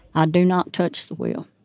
ah do not touch the wheel.